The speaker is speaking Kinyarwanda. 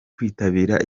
kwitabira